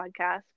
podcast